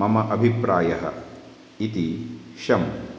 मम अभिप्रायः इति शम्